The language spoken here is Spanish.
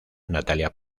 natalia